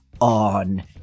on